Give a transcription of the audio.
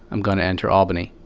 i'm going to enter albany.